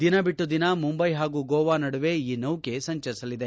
ದಿನ ಬಿಟ್ಟು ದಿನ ಮುಂಬೈ ಹಾಗೂ ಗೋವಾ ನಡುವೆ ಈ ನೌಕೆ ಸಂಚರಿಸಲಿದೆ